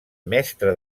mestre